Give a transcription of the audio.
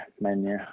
menu